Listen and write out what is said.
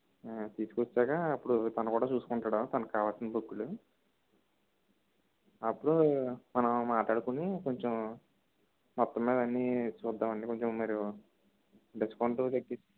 తీసుకొచ్చాక అప్పుడు తను కూడా చూసుకుంటాడు తనకు కావాల్సిన బుక్కులు అప్పుడు మనం మాట్లాడుకొని కొంచెం మొత్తం మీద అన్నీ చూద్దాము అండి కొంచం మీరు డిస్కౌంట్